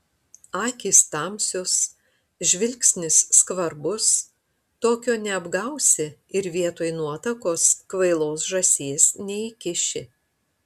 akys tamsios žvilgsnis skvarbus tokio neapgausi ir vietoj nuotakos kvailos žąsies neįkiši